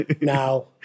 now